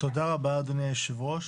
תודה רבה, אדוני היושב-ראש.